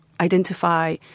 identify